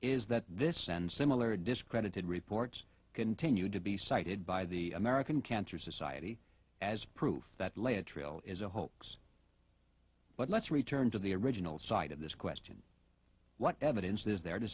is that this and similar discredited reports continued to be cited by the american cancer society as proof that lay a trail is a hoax but let's return to the original side of this question what evidence is there to